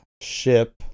ship